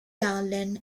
allen